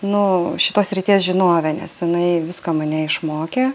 nu šitos srities žinovė nes jinai visko mane išmokė